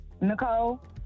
Nicole